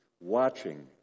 watching